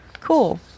Cool